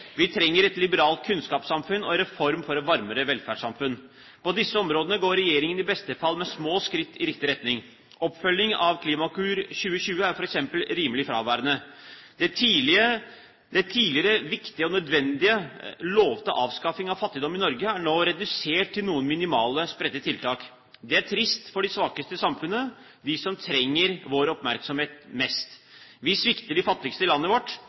Vi trenger et liberalt kunnskapssamfunn og en reform for et varmere velferdssamfunn. På disse områdene går regjeringen i beste fall med små skritt i riktig retning. Oppfølging av Klimakur 2020 er f.eks. rimelig fraværende. Den tidligere lovte avskaffingen av fattigdom i Norge, som er viktig og nødvendig, er nå redusert til noen minimale, spredte tiltak. Det er trist for de svake i samfunnet, de som trenger vår oppmerksomhet mest. Vi svikter de fattigste i landet vårt.